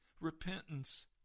repentance